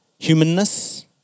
humanness